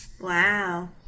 Wow